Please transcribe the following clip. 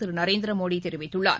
திருநரேந்திரமோடிதெரிவித்துள்ளார்